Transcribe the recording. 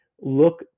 look